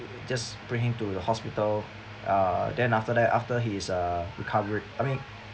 just bring him to the hospital uh then after that after he's uh recovered I mean